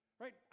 right